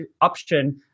option